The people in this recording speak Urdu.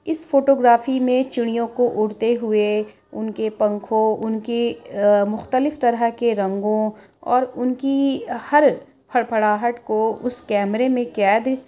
اس فوٹوگرافی میں چڑیوں کو اڑتے ہوئے ان کے پنکھوں ان کی مختلف طرح کے رنگوں اور ان کی ہر پھڑپھڑاہٹ کو اس کیمرے میں قید